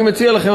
אני מציע לכם,